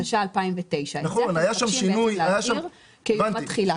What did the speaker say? התשע"א-2009- -- כיום התחילה.